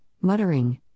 muttering